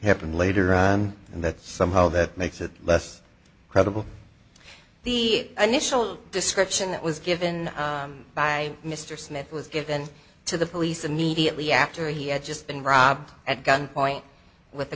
happened later and that somehow that makes it less credible the initial description that was given by mr smith was given to the police immediately after he had just been robbed at gunpoint with a